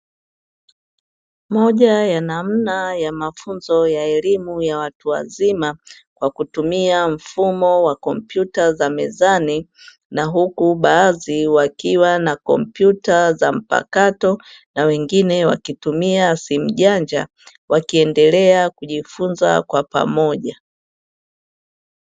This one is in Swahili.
Moja ya namna ya mafunzo ya elimu ya watu wazima, kwa kutumia mfumo wa kompyuta za mezani na huku baadhi wakiwa na kompyuta za mpakato, na wengine wakitumia simu janja wakiendelea kujifunza kwa pamoja.